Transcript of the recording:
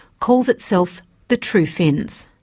calls itself the true finns.